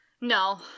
No